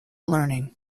learning